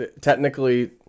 technically